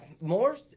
More